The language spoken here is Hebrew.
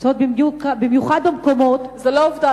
הן נמצאות במיוחד במקומות, זאת לא עובדה.